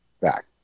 Back